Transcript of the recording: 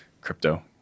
crypto